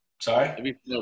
Sorry